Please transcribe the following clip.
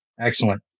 Excellent